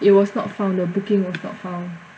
it was not found the booking was not found